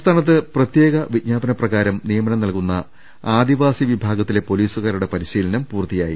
സംസ്ഥാനത്ത് പ്രത്യേക വിജ്ഞാപനപ്രകാരം നിയമനം നൽകുന്ന ആദിവാസിവിഭാഗത്തിലെ പൊലീസുകാരുടെ പരിശീലനം പൂർത്തിയായി